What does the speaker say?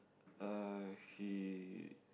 uh she